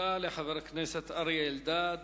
תודה לחבר הכנסת אריה אלדד.